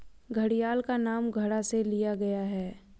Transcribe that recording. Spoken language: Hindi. घड़ियाल का नाम घड़ा से लिया गया है